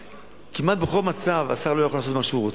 כמעט בכל מצב השר לא יכול לעשות מה שהוא רוצה.